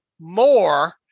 more